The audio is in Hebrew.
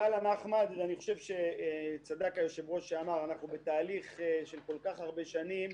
אני חושב שצדק היושב-ראש שאמר שאנחנו בתהליך של כל כך הרבה שנים,